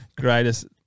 greatest